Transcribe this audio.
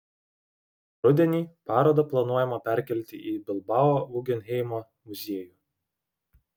rudenį parodą planuojama perkelti į bilbao guggenheimo muziejų